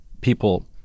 people